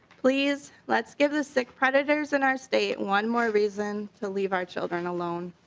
please let's give the sick predators in our state one more reason to leave our children alone.